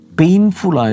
painful